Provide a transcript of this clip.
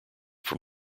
from